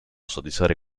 soddisfare